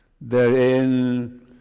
therein